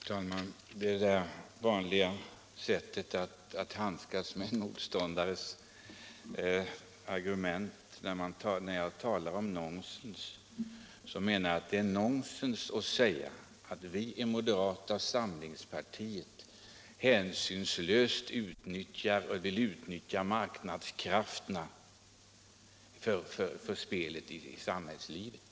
Herr talman! Här förekommer det där vanliga sättet att handskas med en motståndares argument. När jag talar om nonsens, menar jag att det är nonsens att säga att moderata samlingspartiet hänsynslöst vill utnyttja marknadskrafterna för spelet i samhällslivet.